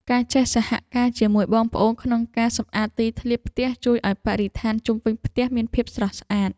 ការចេះសហការជាមួយបងប្អូនក្នុងការសម្អាតទីធ្លាផ្ទះជួយឱ្យបរិស្ថានជុំវិញផ្ទះមានភាពស្រស់ស្អាត។